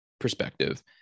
perspective